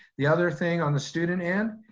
the other thing on the student end,